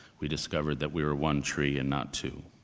we discovered that we were one tree and not two.